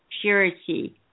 purity